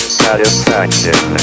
satisfaction